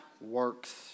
works